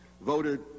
voted